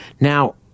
Now